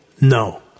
No